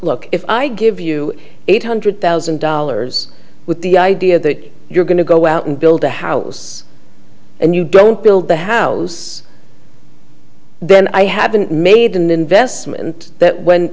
look if i give you eight hundred thousand dollars with the idea that you're going to go out and build a house and you don't build the house then i have been made an investment that when